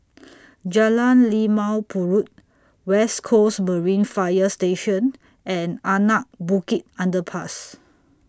Jalan Limau Purut West Coast Marine Fire Station and Anak Bukit Underpass